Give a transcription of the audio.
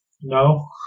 No